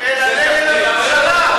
אלא נגד הממשלה.